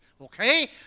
okay